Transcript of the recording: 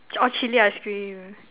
orh chilli ice cream